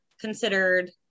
considered